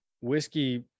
whiskey